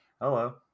hello